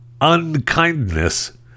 unkindness